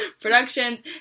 Productions